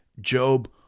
Job